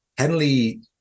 Henley